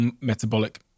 metabolic